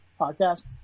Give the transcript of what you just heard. podcast